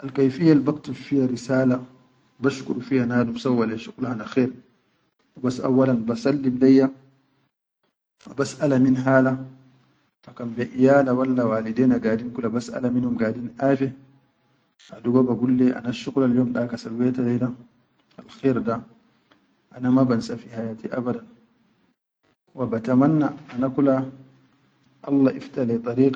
Al kayfiyel baktub fiya risal, bashuqul fiya nadum sawwaleyi shqul hana khair, hubas auwalan ba sallim leyya basʼala min hala ha kan be iyala walla walidaina gadin baʼalum gadin afe hadugo bagul lr ha ana shuqulal yom da ka sawweta leyi da al khair da, ana ma bansa fi hayati abadan wa batamanna ana kula Allah ifta leyi da rik.